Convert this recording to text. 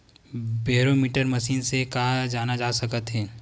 Barometer machine से का जाना जा सकत हे?